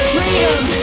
Freedom